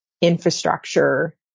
infrastructure